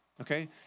okay